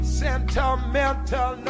sentimental